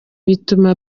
bituma